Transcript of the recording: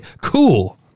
cool